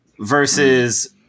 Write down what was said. versus